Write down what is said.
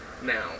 now